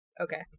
Okay